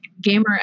gamer